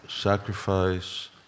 Sacrifice